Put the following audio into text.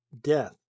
death